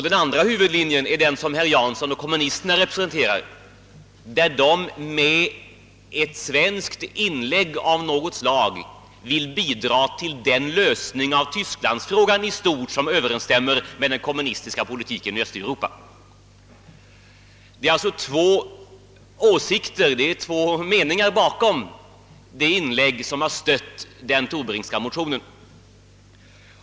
Den andra huvudlinjen representeras av herr Jansson och kommunisterna. Med ett svenskt inlägg av något slag vill de bidra till den lösning av Tysklandsfrågan i stort som överensstämmer med den kommunistiska politiken i Östeuropa. Det finns alltså två meningar bakom de inlägg som har stött den Torbrinkska motionen.